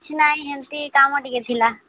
ନାଇ ଏମିତି କାମ ଟିକେ ଥିଲା